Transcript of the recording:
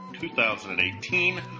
2018